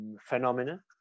Phenomena